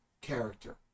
character